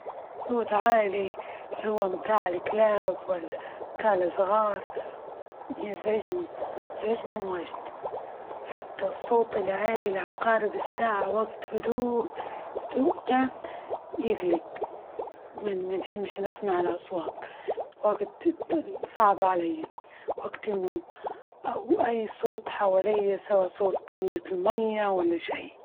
الصوت عالي اللي هو بتاع الكلاب، ولا كان صغار يزعجني- يزعجني واجد، حتى الصوت العالي لعقارب الساعة، وقت هدوء -هدوء تام يجلج منحبش نسمع الأصوات صعبة علي وقت النوم، أو أي صوت حواليا سواء صوت تنقط المية ولا شي.